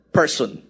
person